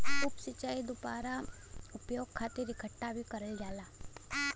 उप सिंचाई दुबारा उपयोग खातिर इकठ्ठा भी करल जा सकेला